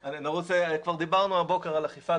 כבר דיברנו הבוקר על אכיפה.